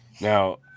Now